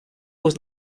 was